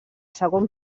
segon